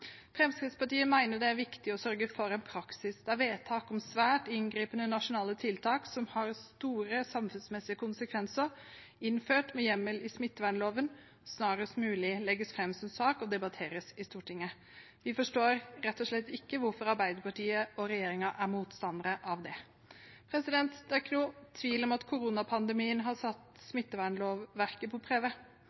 Fremskrittspartiet mener det er viktig å sørge for en praksis der vedtak om svært inngripende nasjonale tiltak som har store samfunnsmessige konsekvenser, innført med hjemmel i smittevernloven, snarest mulig legges fram som sak og debatteres i Stortinget. Vi forstår rett og slett ikke hvorfor Arbeiderpartiet og regjeringen er motstandere av det. Det er ikke noen tvil om at koronapandemien har satt smittevernlovverket på prøve.